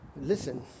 Listen